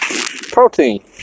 protein